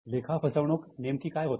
लेखा फसवणूक नेमकी काय होती